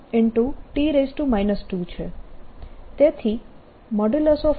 તેથી |S|c2ML2T 2L2